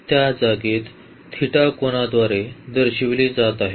त्या जागेत कोनाद्वारे दर्शविली जात आहे